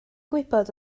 gwybod